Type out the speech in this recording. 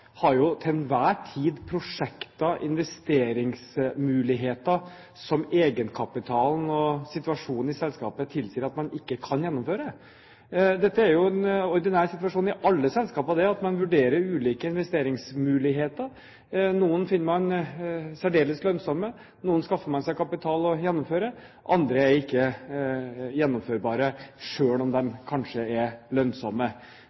har til enhver tid prosjekter – investeringsmuligheter – som egenkapitalen eller situasjonen i selskapet tilsier at man ikke kan gjennomføre. Det er en ordinær situasjon i alle selskaper at man vurderer ulike investeringsmuligheter. Noen finner man særdeles lønnsomme, noen skaffer man seg kapital til å gjennomføre, og andre er ikke gjennomførbare selv om de kanskje er lønnsomme.